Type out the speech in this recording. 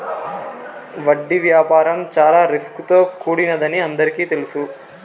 వడ్డీ వ్యాపారం చాలా రిస్క్ తో కూడినదని అందరికీ తెలుసు